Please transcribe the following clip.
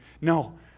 No